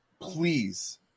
please